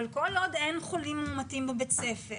כל עוד אין חולים מאומתים בבית הספר